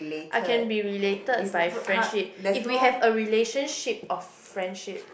I can be related by friendship if we have a relationship of friendship